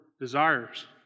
desires